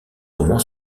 roman